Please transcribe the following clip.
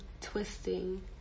twisting